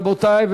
רבותי,